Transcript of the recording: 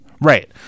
Right